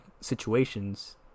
situations